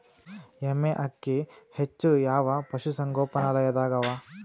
ಎಮ್ಮೆ ಅಕ್ಕಿ ಹೆಚ್ಚು ಯಾವ ಪಶುಸಂಗೋಪನಾಲಯದಾಗ ಅವಾ?